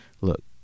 look